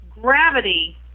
gravity